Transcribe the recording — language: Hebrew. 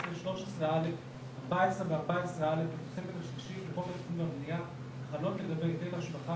שלא תוכל לעמוד בתשלומים --- אני רוצה להגיד לך,